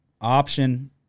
option